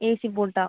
AC போட்டால்